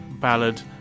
ballad